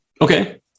Okay